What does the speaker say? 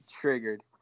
triggered